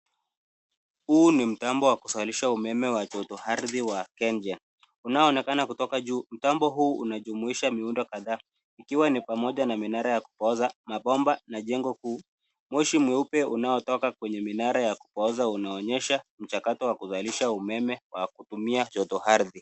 Huu ni mtambo wa kuzalisha umeme wa joto ardhi wa KenGen unaonekana kutoka juu. Mtambo unajumuisha miundo kadhaa ikiwa ni pamoja na minara ya kupooza mabomba na jengo kuu. Moshi mweupe unaotoka kutoka minara ya kupooza unaonyesha mchakato wa kuzalisha umeme wa kutumia joto ardhi.